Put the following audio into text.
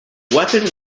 weapon